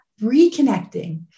reconnecting